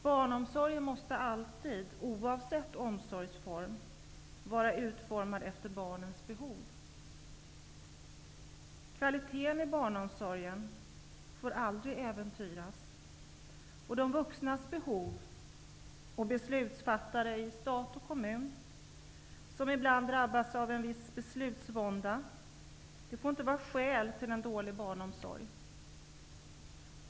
Barnomsorgen måste alltid, oavsett omsorgsform, vara utformad efter barnens behov. Kvaliteten i barnomsorgen får aldrig äventyras, och de vuxnas behov och det faktum att beslutsfattare i stat och kommun ibland drabbas av beslutsvånda får inte vara skäl till en dålig barnomsorg.